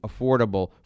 affordable